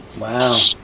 Wow